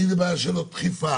האם זה בעיה של עוד דחיפה,